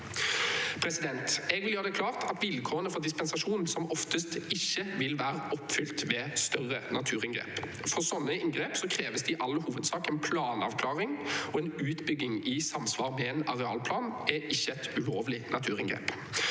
måte. Jeg vil gjøre det klart at vilkårene for dispensasjon som oftest ikke vil være oppfylt ved større naturinngrep. For slike inngrep kreves det i all hovedsak en planavklaring, og en utbygging i samsvar med en arealplan er ikke et ulovlig naturinngrep.